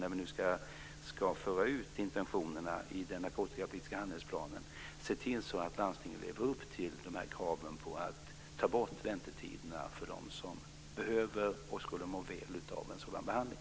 När vi nu ska föra ut intentionerna i den narkotikapolitiska handlingsplanen får vi gemensamt se till att landstingen lever upp till kraven på att ta bort väntetiderna för dem som behöver och som skulle må väl av en sådan behandling.